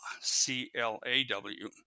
C-L-A-W